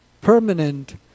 permanent